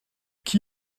qui